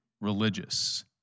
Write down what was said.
religious